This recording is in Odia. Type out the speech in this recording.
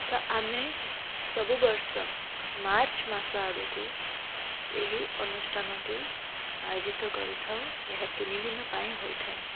ତ ଆମେ ସବୁ ବର୍ଷ ମାର୍ଚ୍ଚ୍ ମାସ ଆଡ଼କୁ ଏହି ଅନୁଷ୍ଠାନଟି ଆୟୋଜିତ କରିଥାଉ ଏହା ତିନି ଦିନ ପାଇଁ ହୋଇଥାଏ